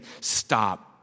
stop